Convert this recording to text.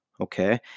okay